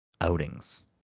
outings